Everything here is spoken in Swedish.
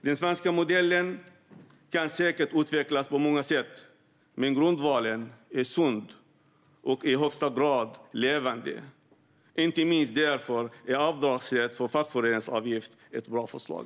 Den svenska modellen kan säkert utvecklas på många sätt, men grundvalen är sund och i högsta grad levande. Inte minst därför är avdragsrätt för fackföreningsavgift ett bra förslag.